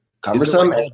cumbersome